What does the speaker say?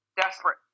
desperate